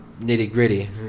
nitty-gritty